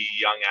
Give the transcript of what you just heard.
Young